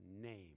name